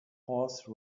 horse